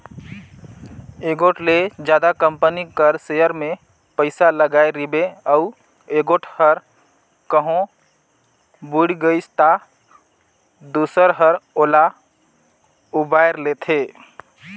एगोट ले जादा कंपनी कर सेयर में पइसा लगाय रिबे अउ एगोट हर कहों बुइड़ गइस ता दूसर हर ओला उबाएर लेथे